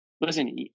listen